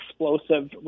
explosive